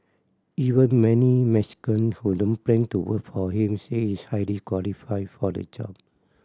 even many Mexican who don't plan to for him say he's highly qualified for the job